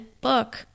book